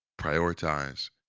prioritize